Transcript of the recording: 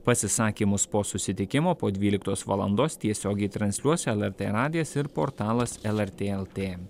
pasisakymus po susitikimo po dvyliktos valandos tiesiogiai transliuos lrt radijas ir portalas lrt lt